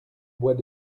bois